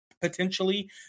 potentially